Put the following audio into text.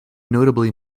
notably